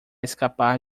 escapar